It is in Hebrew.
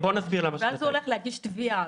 ואז הוא הולך להגיש תביעה.